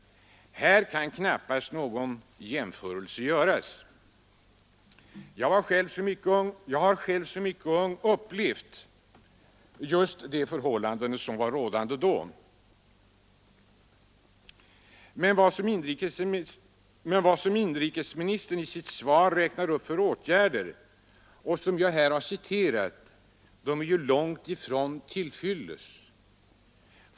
Här kan knappast någon jämförelse göras. Jag har själv som mycket ung upplevt de förhållanden som var rådande då. Men de åtgärder som inrikesministern räknat upp i sitt svar och som jag har citerat är ju långtifrån till fyllest.